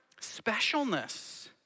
specialness